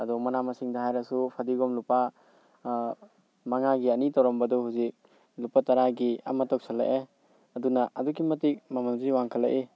ꯑꯗꯣ ꯃꯅꯥ ꯃꯁꯤꯡꯗ ꯍꯥꯏꯔꯁꯨ ꯐꯗꯤꯒꯣꯝ ꯂꯨꯄꯥ ꯃꯉꯥꯒꯤ ꯑꯅꯤ ꯇꯧꯔꯝꯕꯗꯨ ꯍꯧꯖꯤꯛ ꯂꯨꯄꯥ ꯇꯔꯥꯒꯤ ꯑꯃ ꯇꯧꯁꯜꯂꯛꯑꯦ ꯑꯗꯨꯅ ꯑꯗꯨꯛꯀꯤ ꯃꯇꯤꯛ ꯃꯃꯟꯁꯤ ꯋꯥꯡꯈꯠꯂꯛꯏ